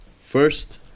first